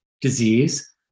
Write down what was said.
disease